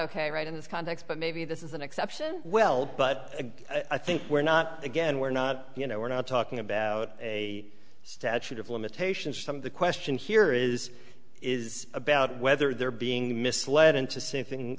ok right in this context but maybe this is an exception well but again i think we're not again we're not you know we're not talking about a statute of limitations some of the question here is is about whether they're being misled into something